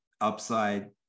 upside